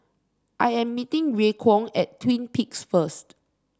I am meeting Raekwon at Twin Peaks first